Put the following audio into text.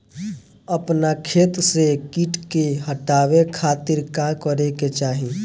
अपना खेत से कीट के हतावे खातिर का करे के चाही?